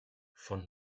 von